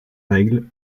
règles